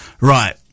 Right